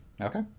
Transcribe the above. Okay